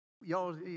y'all